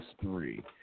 three